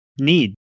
need